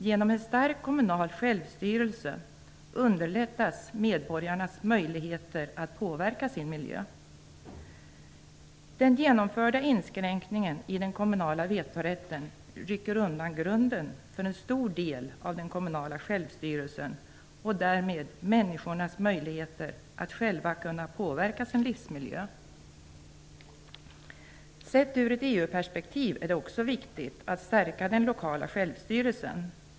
Genom en stark kommunal självstyrelse underlättas medborgarnas möjligheter att påverka sin miljö. Den genomförda inskränkningen i den kommunala vetorätten rycker undan grunden för en stor del av den kommunala självstyrelsen och därmed människornas möjligheter att själva påverka sin livsmiljö. Sett ur ett EU-perspektiv är det också viktigt att stärka den lokala självstyrelsen.